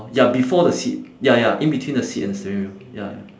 ya before the seat ya ya in between the seat and the steering wheel ya